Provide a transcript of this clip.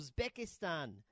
Uzbekistan